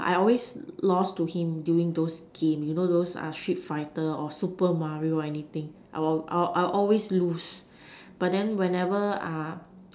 I always lost to him during those game you know those street fighter or super Mario anything I'll always lose but then whenever